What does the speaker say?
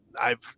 I've-